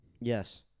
Yes